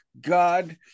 God